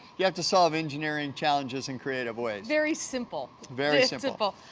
you have to solve engineering challenges in creative ways. very simple. very simple.